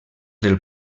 del